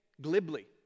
glibly